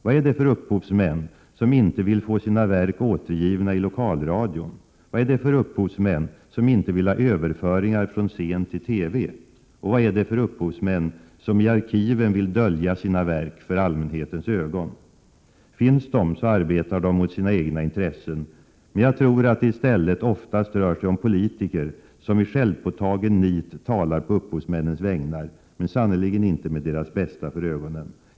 Vad är det för upphovsmän som inte vill få sina verk återgivna i Lokalradion? Vad är det för upphovsmän som inte vill ha överföringar från scen till TV? Vad är det för upphovsmän som i arkiven vill dölja sina verk för allmänhetens ögon? Finns de, så arbetar de mot sina egna intressen. Men jag tror att det i stället oftast rör sig om politiker som i självpåtaget nit talar på upphovsmännens vägnar; men sannerligen inte med deras bästa för ögonen.